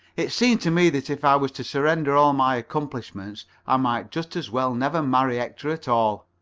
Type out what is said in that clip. it seemed to me that if i was to surrender all my accomplishments i might just as well never marry hector at all.